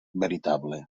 veritable